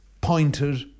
pointed